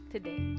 today